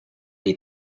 eat